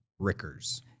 Rickers